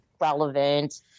relevant